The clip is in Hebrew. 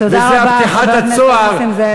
תודה רבה, חבר הכנסת נסים זאב.